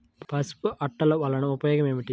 పసుపు అట్టలు వలన ఉపయోగం ఏమిటి?